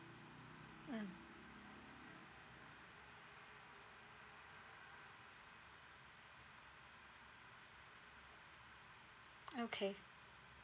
mm okay